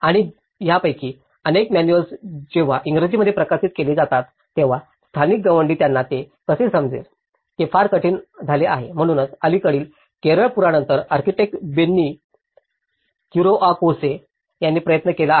आणि यापैकी अनेक मॅनुअल्स जेव्हा इंग्रजीमध्ये प्रकाशित केली जातात तेव्हा स्थानिक गवंडी यांना ते कसे समजेल हे फार कठीण झाले आहे म्हणूनच अलीकडील केरळ पूरानंतर आर्किटेक्ट बेन्नी कुरियाकोसे यांनी प्रयत्न केले आहेत